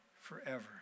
forever